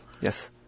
Yes